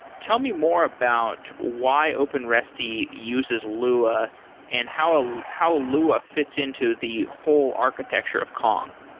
tell me more about why openresty uses lua and how how lua fits into the whole architecture of kong.